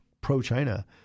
pro-China